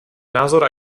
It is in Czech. názor